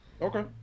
Okay